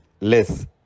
less